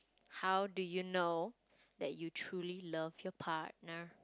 how do you know that you truly love your partner